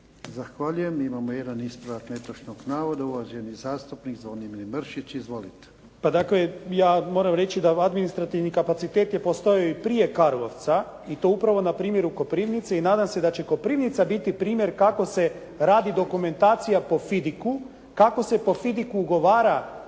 Zahvaljujem. Imamo jedan ispravak netočnog navoda, uvaženi zastupnik Zvonimir Mršić. Izvolite. **Mršić, Zvonimir (SDP)** Pa dakle, ja moram reći da administrativni kapacitet je postojao i prije Karlovca i to upravo na primjeru Koprivnice i nadam se da će Koprivnica biti primjer kako se radi dokumentacija po FIDIC-u, kako se po FIDIC-u ugovara